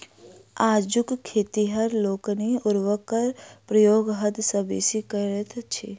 आजुक खेतिहर लोकनि उर्वरकक प्रयोग हद सॅ बेसी करैत छथि